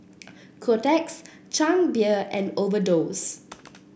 Kotex Chang Beer and Overdose